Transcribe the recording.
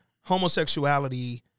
homosexuality